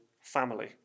family